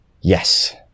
yes